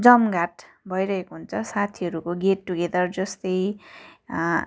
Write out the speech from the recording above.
जमघट भइरहेको हुन्छ साथीहरूको गेट टुगेदर जस्तै